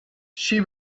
she